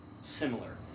similar